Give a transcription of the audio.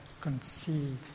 conceives